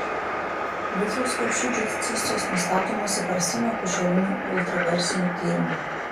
vaisiaus kiaušidžių cistos nustatomos įprastiniu akušeriniu ultragarsiniu tyrimu